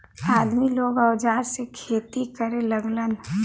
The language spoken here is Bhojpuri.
आदमी लोग औजार से खेती करे लगलन